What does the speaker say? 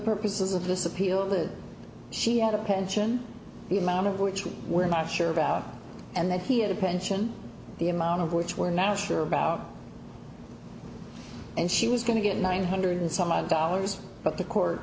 purposes of this appeal that she had a pension the amount of which we were not sure about and that he had a pension the amount of which we're not sure about and she was going to get nine hundred some odd dollars but the court